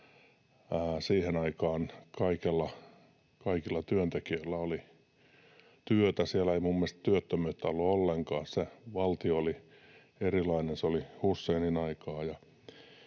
siihen aikaan kaikilla työntekijöillä oli työtä. Siellä ei minun mielestäni työttömyyttä ollut ollenkaan. Se valtio oli erilainen, se oli Husseinin aikaa,